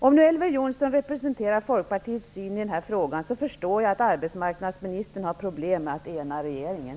Om nu Elver Jonsson representerar Folkpartiets syn i denna fråga, förstår jag att arbetsmarknadsministern har problem med att ena regeringen.